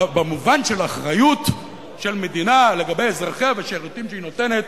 במובן של אחריות של מדינה לגבי אזרחיה והשירותים שהיא נותנת,